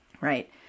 right